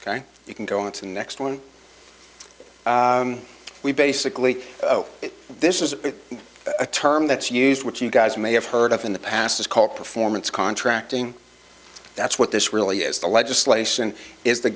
you can go on to the next one we basically this is a term that's used which you guys may have heard of in the past is called performance contracting that's what this really is the legislation is the